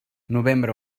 novembre